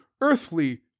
earthly